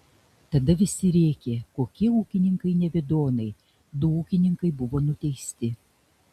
tada visi rėkė kokie ūkininkai nevidonai du ūkininkai buvo nuteisti